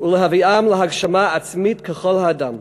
ולהביאם להגשמה עצמית ככל האדם.